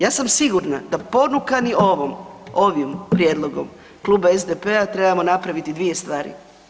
Ja sam sigurna pa ponukani ovim prijedlogom Kluba SDP-a trebamo napraviti dvije stvari.